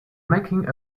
making